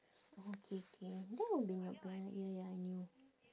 okay K that will be not bad ya ya I knew